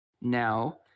Now